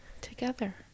together